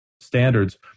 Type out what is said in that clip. Standards